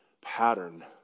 pattern